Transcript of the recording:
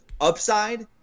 upside –